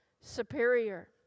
superior